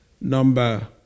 Number